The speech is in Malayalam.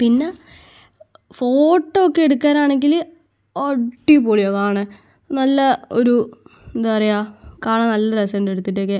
പിന്നെ ഫോട്ടോക്കെ എടുക്കാനാണെങ്കിൽ അടിപൊളിയാണ് കാണാൻ നല്ല ഒരു എന്താ പറയാ കാണാൻ നല്ല രസമുണ്ട് എടുത്തിട്ടോക്കെ